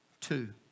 two